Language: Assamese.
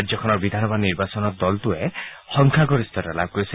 ৰাজ্যখনৰ বিধান সভা নিৰ্বাচনত দলটোৱে সংখ্যাগৰিষ্ঠতা লাভ কৰিছে